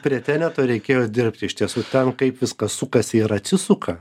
prie teneto reikėjo dirbt iš tiesų ten kaip viskas sukasi ir atsisuka